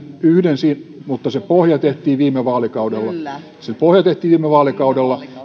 yhden mutta se pohja tehtiin viime vaalikaudella se pohja tehtiin viime vaalikaudella